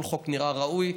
כל חוק נראה ראוי,